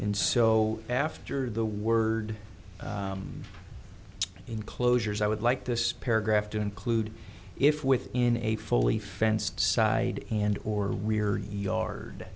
n so after the word enclosures i would like this paragraph to include if with in a fully fenced side and or rear yard